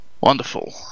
Wonderful